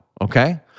okay